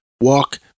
walk